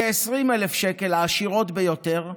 כ-20,000 שקל, העשירות ביותר,